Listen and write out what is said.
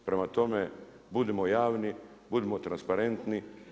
Prema tome, budimo javni, budimo transparentni.